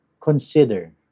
consider